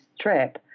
trip